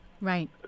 Right